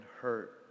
hurt